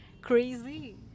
Crazy